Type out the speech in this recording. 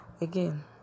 again